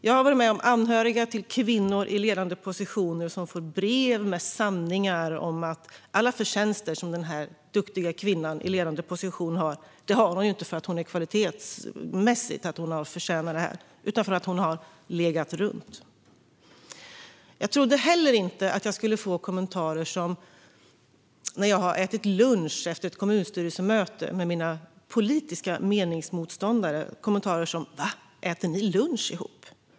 Jag har varit med om att anhöriga till kvinnor i ledande positioner fått brev med så kallade sanningar om att den här duktiga kvinnan inte innehar sin ledande position för att hon har kvaliteter och har förtjänat den, utan hon innehar den för att hon har "legat runt". Jag trodde heller inte att jag, efter att ha ätit lunch med mina politiska meningsmotståndare efter ett kommunstyrelsemöte, skulle få kommentarer som: Vad, äter ni lunch ihop?